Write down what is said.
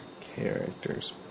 characters